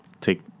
take